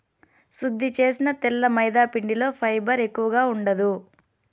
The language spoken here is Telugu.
శుద్ది చేసిన తెల్ల మైదాపిండిలో ఫైబర్ ఎక్కువగా ఉండదు